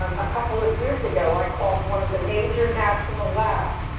um a couple of years ago, i called one of the major national labs,